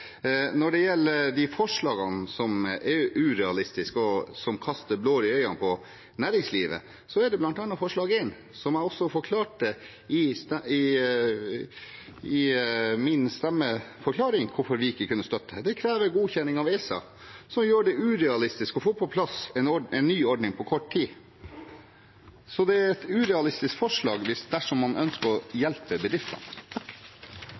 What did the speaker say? Når det gjelder de forslagene som er urealistiske, og som kaster blår i øynene på næringslivet, er det bl.a. forslag nr. 1, som jeg også forklarte i min stemmeforklaring hvorfor vi ikke kunne støtte. Det krever godkjenninger av ESA, noe som gjør det urealistisk å få på plass en ny ordning på kort tid. Så det er et urealistisk forslag dersom man ønsker å hjelpe bedriftene.